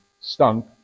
stunk